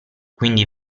quindi